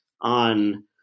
on